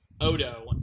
Odo